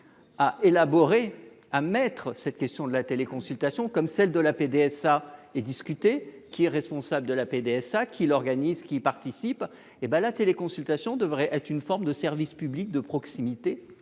Ah élaborer à mettre cette question de la télé consultation comme celle de la PDVSA et discuter, qui est responsable de la PDSA qui l'organise, qui participent, hé ben la télé consultation devrait être une forme de service public de proximité,